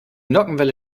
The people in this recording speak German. nockenwelle